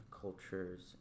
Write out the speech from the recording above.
cultures